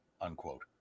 unquote